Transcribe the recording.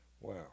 Wow